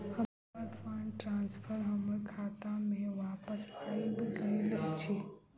हमर fund transfer हमर खाता मे बापस आबि गइल अछि